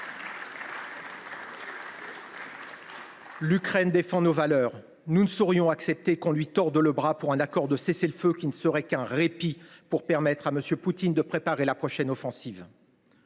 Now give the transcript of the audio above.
L’Ukraine défend nos valeurs. Nous ne saurions accepter qu’on lui torde le bras pour accepter un accord de cessez le feu qui ne serait qu’un répit pendant lequel M. Poutine pourrait préparer la prochaine offensive.